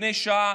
לפני שעה,